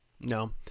No